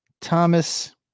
Thomas